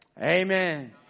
Amen